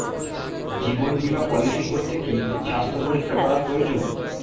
জীবন বীমা পলিসি করতে কি স্বাস্থ্য পরীক্ষা করা প্রয়োজন?